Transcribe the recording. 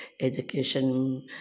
Education